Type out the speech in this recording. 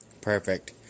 Perfect